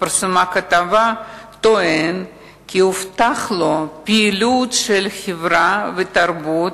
התפרסמה הכתבה טוען כי הובטחו לו פעילויות חברה ותרבות,